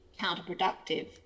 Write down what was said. counterproductive